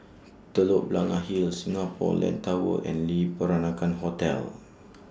Telok Blangah Hill Singapore Land Tower and Le Peranakan Hotel